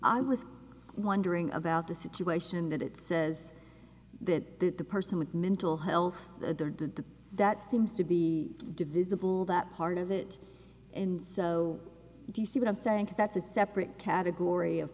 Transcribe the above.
i was wondering about the situation that it says that the person with mental health the that seems to be divisible that part of it and so do you see what i'm saying is that's a separate category of